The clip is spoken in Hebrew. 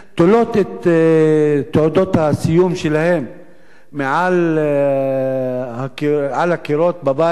תולות את תעודות הסיום שלהן על הקירות בבית,